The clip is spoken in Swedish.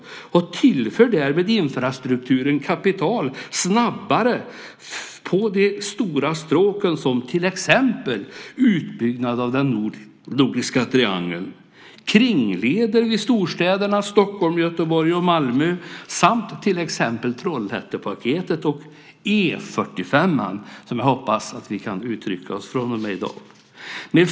Därmed tillförs infrastrukturen kapital snabbare på de stora stråken som till exempel utbyggnad av den Nordiska triangeln, kringleder vid storstäderna Stockholm, Göteborg och Malmö samt till exempel Trollhättepaketet och E 45:an, som jag hoppas vi kan uttrycka oss från och med i dag.